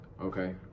Okay